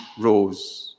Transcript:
rose